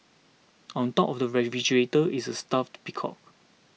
on top of the refrigerator is a stuffed peacock